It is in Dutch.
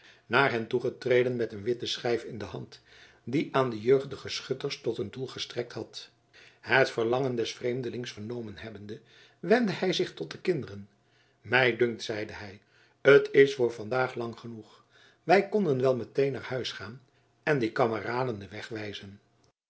naar hen toegetreden met een witte schijf in de hand die aan de jeugdige schutters tot een doel gestrekt had het verlangen des vreemdelings vernomen hebbende wendde hij zich tot de kinderen mij dunkt zeide hij t is voor vandaag lang genoeg wij konden wel meteen naar huis gaan en dien kameraden den